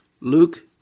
Luke